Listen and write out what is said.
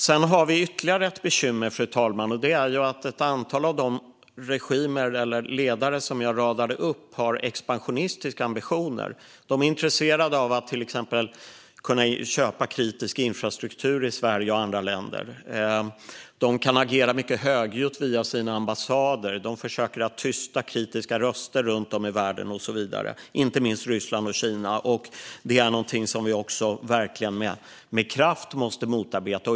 Sedan har vi ytterligare ett bekymmer, fru talman, och det är att ett antal av de regimer och ledare som jag radade upp har expansionistiska ambitioner. De är till exempel intresserade av att kunna köpa kritisk infrastruktur i Sverige och andra länder och kan agera mycket högljutt via sina ambassader för att försöka tysta kritiska röster runt om i världen. Det gäller inte minst Ryssland och Kina, och det är någonting som vi med kraft måste motarbeta.